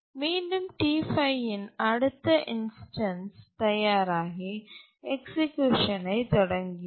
மீண்டும் T5 இன் அடுத்த இன்ஸ்டன்ஸ் தயாராகி எக்சிக்யூஷன் ஐ தொடங்குகிறது